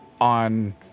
on